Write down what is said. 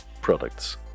products